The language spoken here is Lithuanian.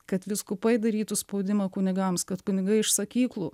kad vyskupai darytų spaudimą kunigams kad kunigai iš sakyklų